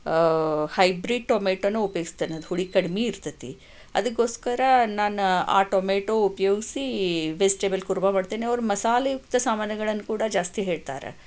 hybrid ಟೊಮೆಟೋನ ಉಪಯೋಗಿಸ್ತೀನಿ ಅದು ಹುಳಿ ಕಡಿಮೆ ಇರ್ತೈತಿ ಅದಕ್ಕೋಸ್ಕರ ನಾನು ಆ ಟೊಮೆಟೋ ಉಪಯೋಗಿಸಿ ವೆಜ್ಟೇಬಲ್ ಕೂರ್ಮ ಮಾಡ್ತೀನಿ ಅವರು ಮಸಾಲೆಯುಕ್ತ ಸಾಮಾನುಗಳನ್ನು ಕೂಡ ಜಾಸ್ತಿ ಹೇಳ್ತಾರೆ